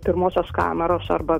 pirmosios kameros arba